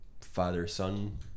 father-son